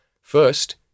First